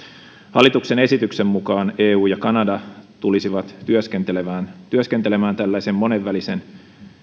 hallituksen esityksen mukaan eu ja kanada tulisivat työskentelemään työskentelemään tällaisen monenvälisen